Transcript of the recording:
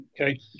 Okay